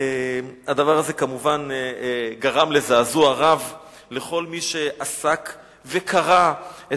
הדבר הזה כמובן גרם לזעזוע רב לכל מי שעסק וקרא את